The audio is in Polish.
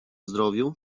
zdrowiu